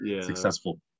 successful